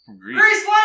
grease